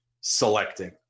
selecting